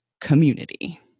Community